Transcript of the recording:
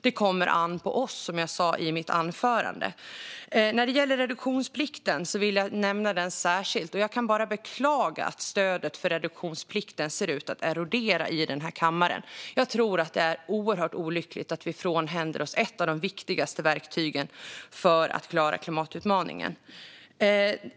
Det kommer an på oss, som jag sa i mitt anförande. När det gäller reduktionsplikten vill jag nämna den särskilt. Jag kan bara beklaga att stödet för reduktionsplikten ser ut att erodera i den här kammaren. Jag tror att det är oerhört olyckligt att vi frånhänder oss ett av de viktigaste verktygen för att klara klimatutmaningen.